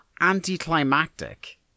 anticlimactic